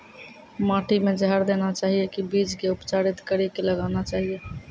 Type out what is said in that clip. माटी मे जहर देना चाहिए की बीज के उपचारित कड़ी के लगाना चाहिए?